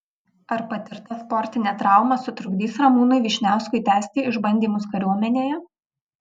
ar patirta sportinė trauma sutrukdys ramūnui vyšniauskui tęsti išbandymus kariuomenėje